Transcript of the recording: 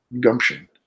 gumption